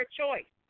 choice